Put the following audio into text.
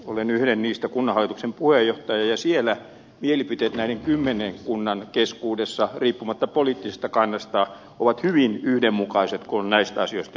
olen yhden niistä kunnanhallituksen puheenjohtaja ja mielipiteet näiden kymmenen kunnan keskuudessa riippumatta poliittisesta kannasta ovat hyvin yhdenmukaiset kun näistä asioista keskustellaan